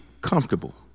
comfortable